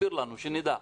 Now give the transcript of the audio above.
תסביר לנו כדי שנדע.